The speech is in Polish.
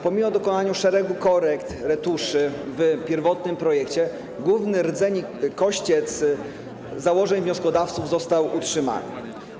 Pomimo dokonania szeregu korekt, retuszy w pierwotnym projekcie główny rdzeń, kościec założeń wnioskodawców został utrzymany.